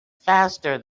faster